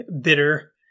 bitter